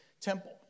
temple